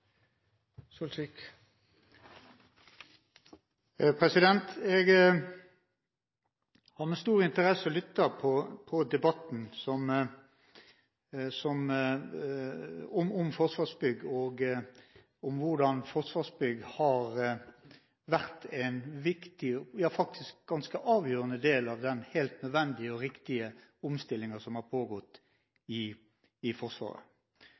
det selv. Jeg har med stor interesse lyttet til debatten om Forsvarsbygg og om hvordan Forsvarsbygg har vært en viktig, ja faktisk ganske avgjørende, del av den helt nødvendige og riktige omstillingen som har pågått i Forsvaret.